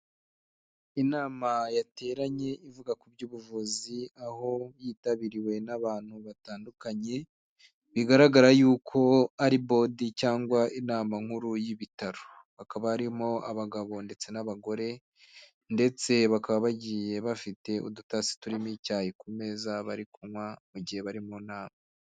Inama yateranye ivuga kuby'ubuvuzi aho yitabiriwe n'abantu batandukanye, bigaragara yuko ari bodi cyangwa inama nkuru y'ibitaro, hakaba harimo abagabo ndetse n'abagore ndetse bakaba bagiye bafite udutasi turimo icyayi ku meza bari kunywa mu gihe bari mu inama.